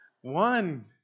One